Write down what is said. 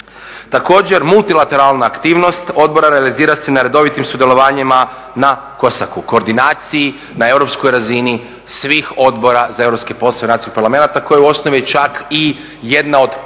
Također multilateralna aktivnost odbora realizira se na redovitim sudjelovanjima na COSAC-u Koordinaciji na europskoj razini svih odbora za europske poslove nacionalnih parlamenata koji je u osnovi čak i jedna od